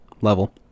level